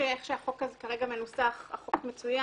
איך שהחוק הזה כרגע מנוסח, החוק מצוין,